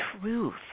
truth